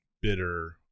bitter